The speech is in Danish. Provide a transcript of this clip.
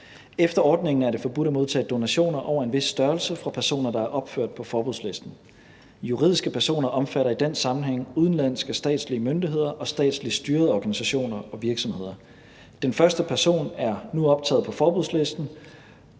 Efter ordningen er det forbudt at modtage donationer over en vis størrelse fra personer, der er opført på forbudslisten. Juridiske personer omfatter i den sammenhæng udenlandske statslige myndigheder og statsligt styrede organisationer og virksomheder. Den første person er nu optaget på forbudslisten,